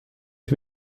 ich